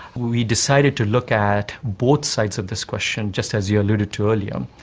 we decided to look at both sides of this question, just as you alluded to earlier.